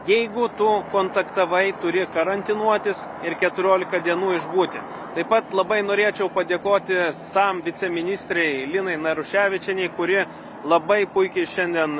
jeigu tu kontaktavai turi karantinuotis ir keturiolika dienų išbūti taip pat labai norėčiau padėkoti sam viceministrei linai naruševičienei kuri labai puikiai šiandien